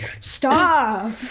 Stop